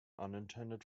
unintended